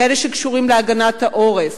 כאלה שקשורים להגנת העורף,